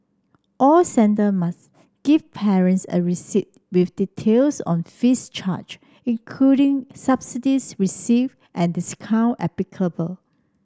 all centre must give parents a receipt with details on fees charged including subsidies received and discount applicable